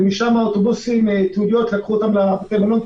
ומשם טיוליות לקחו אותם לבתי המלון,